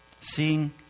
Seeing